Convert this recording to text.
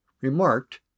remarked